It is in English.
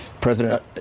President